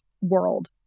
world